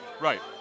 Right